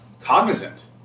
cognizant